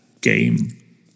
game